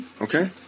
Okay